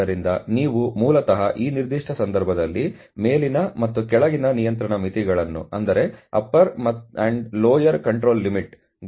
ಆದ್ದರಿಂದ ನೀವು ಮೂಲತಃ ಈ ನಿರ್ದಿಷ್ಟ ಸಂದರ್ಭದಲ್ಲಿ ಮೇಲಿನ ಮತ್ತು ಕೆಳಗಿನ ನಿಯಂತ್ರಣ ಮಿತಿಗಳನ್ನು ಹೀಗೆ ಕಂಡುಹಿಡಿಯುತ್ತೀರಿ